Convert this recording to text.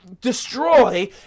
destroy